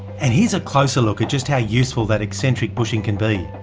and here's a closer look at just how useful that eccentric bushing can be.